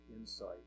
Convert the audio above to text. insight